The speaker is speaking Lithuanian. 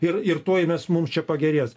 ir ir tuoj mes mums čia pagerės